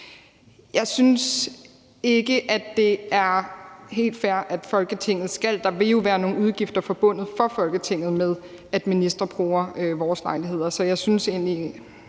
jeg synes ikke, at det er helt fair, at Folketinget skal betale. Der vil jo være nogle udgifter for Folketinget forbundet med, at ministre bruger vores lejligheder, så jeg synes egentlig,